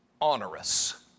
onerous